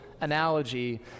analogy